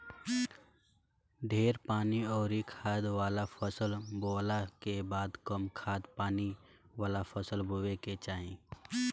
ढेर पानी अउरी खाद वाला फसल बोअला के बाद कम खाद पानी वाला फसल बोए के चाही